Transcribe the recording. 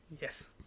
Yes